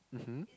mmhmm